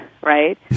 right